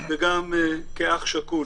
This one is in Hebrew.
וגם כאח שכול.